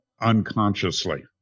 unconsciously